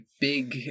big